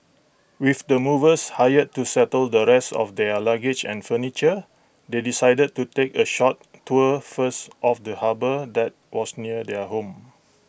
with the movers hired to settle the rest of their luggage and furniture they decided to take A short tour first of the harbour that was near their home